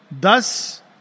thus